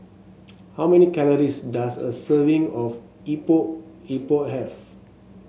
how many calories does a serving of Epok Epok have